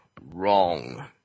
Wrong